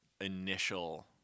initial –